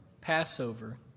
Passover